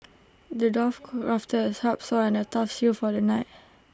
the dwarf crafted A sharp sword and A tough shield for the knight